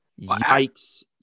yikes